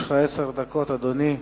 אדוני,